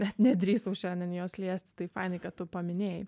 net nedrįsau šiandien jos liesti tai fainai kad tu paminėjai